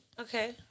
Okay